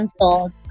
thoughts